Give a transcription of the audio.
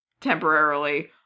temporarily